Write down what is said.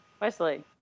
Wesley